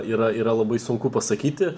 yra yra labai sunku pasakyti